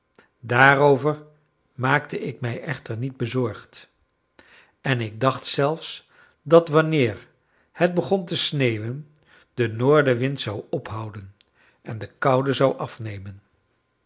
daarover maakte ik mij echter niet bezorgd en ik dacht zelfs dat wanneer het begon te sneeuwen die noordenwind zou ophouden en de koude zou afnemen